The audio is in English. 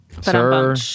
Sir